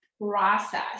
process